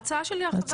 ההצעה של ההרחבה,